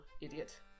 idiot